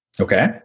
Okay